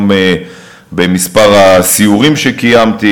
גם במספר הסיורים שקיימתי.